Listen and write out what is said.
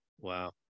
Wow